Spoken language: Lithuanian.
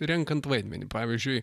renkant vaidmenį pavyzdžiui